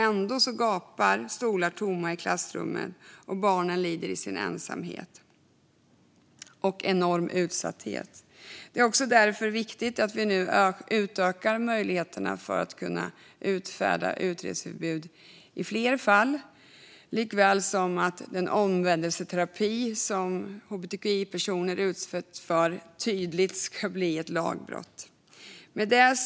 Ändå gapar stolar tomma i klassrummen. Och barnen lider i sin ensamhet och i enorm utsatthet. Därför är det viktigt att vi nu utökar möjligheterna att utfärda utreseförbud i fler fall, likaväl som att den omvändelseterapi som hbtqi-personer utsätts för ska bli ett tydligt lagbrott.